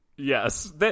Yes